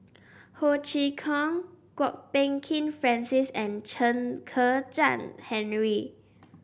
Ho Chee Kong Kwok Peng Kin Francis and Chen Kezhan Henri